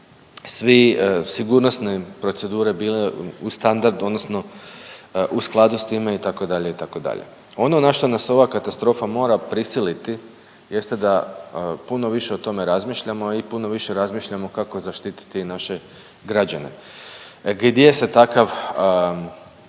svi sigurnosne procedure bile u standardu odnosno u skladu s time itd., itd.. Ovo na što nas ova katastrofa mora prisiliti jeste da puno više o tome razmišljamo i puno više razmišljamo kako zaštititi naše građane. Gdje se takav